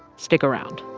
stick around